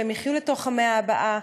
והן יחיו לתוך המאה הבאה.